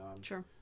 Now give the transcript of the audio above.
Sure